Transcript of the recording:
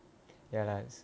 ya lah